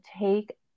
take